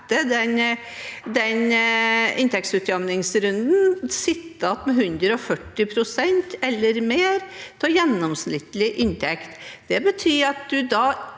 den inntektsutjamningsrunden sitter igjen med 140 pst. eller mer av gjennomsnittlig inntekt.